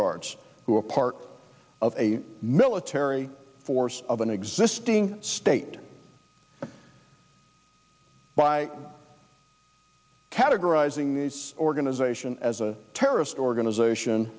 guards who are part of a military force of an existing state by categorizing the organization as a terrorist organization